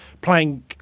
playing